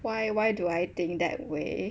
why why do I think that way